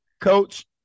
coach